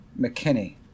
McKinney